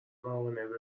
موانع